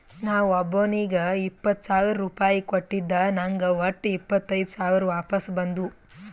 ನಾ ಒಬ್ಬೋನಿಗ್ ಇಪ್ಪತ್ ಸಾವಿರ ರುಪಾಯಿ ಕೊಟ್ಟಿದ ನಂಗ್ ವಟ್ಟ ಇಪ್ಪತೈದ್ ಸಾವಿರ ವಾಪಸ್ ಬಂದು